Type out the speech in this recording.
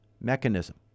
mechanism